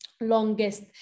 longest